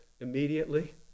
immediately